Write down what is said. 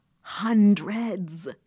Hundreds